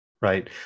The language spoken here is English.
right